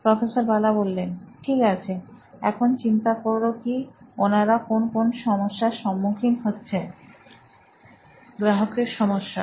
professor Bala ঠিক আছে এখন চিন্তা করো কি ওনারা কোন কোন সমস্যার সম্মুখীন হচ্ছে গ্রাহকের সমস্যা